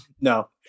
No